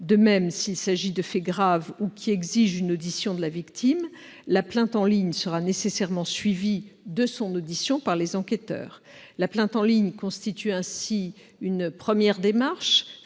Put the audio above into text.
De même, s'il s'agit de faits graves ou exigeant une audition de la victime, la plainte en ligne sera nécessairement suivie de l'audition de la victime par les enquêteurs. La plainte en ligne constitue ainsi une première démarche,